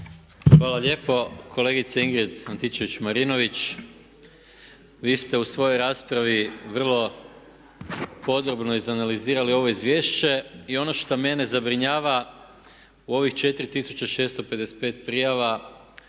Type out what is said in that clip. Hvala lijepo. Kolegice Ingrid Antičević Marinović, vi ste u svojoj raspravi vrlo podobno izanalizirali ovo izvješće i ono što mene zabrinjava u ovih 4655 prijava